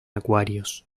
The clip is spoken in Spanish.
acuarios